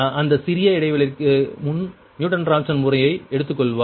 அந்த சிறிய இடைவெளிக்கு முன் நியூட்டன் ராப்சன் முறையை எடுத்துக்கொள்வார்